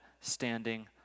standing